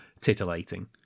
titillating